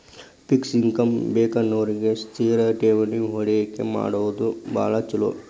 fix income ಬೇಕನ್ನೋರಿಗಿ ಸ್ಥಿರ ಠೇವಣಿ ಹೂಡಕಿ ಮಾಡೋದ್ ಭಾಳ್ ಚೊಲೋ